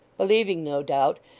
believing, no doubt,